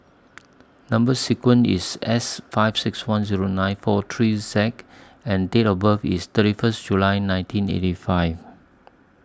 Number sequence IS S five six one Zero nine four three Z and Date of birth IS thirty First July nineteen eighty five